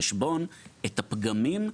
העמלה שהבנק גובה, היא לא לוקחת בחשבון את הפגמים.